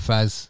Faz